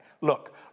Look